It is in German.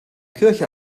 kirche